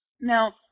Now